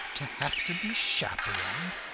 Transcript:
to have to be chaperoned!